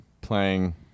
playing